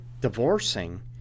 divorcing